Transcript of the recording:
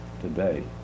today